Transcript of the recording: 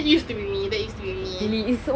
that used to be me that used to be me